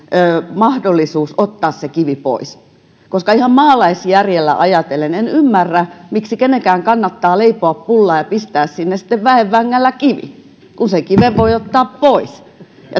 mahdollisuus ottaa se kivi pois koska ihan maalaisjärjellä ajatellen en ymmärrä miksi kenenkään kannattaa leipoa pullaa ja pistää sinne sitten väen vängällä kivi kun sen kiven voi ottaa pois